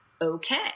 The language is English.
okay